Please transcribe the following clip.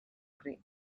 prey